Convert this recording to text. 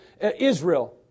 Israel